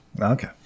Okay